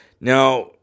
Now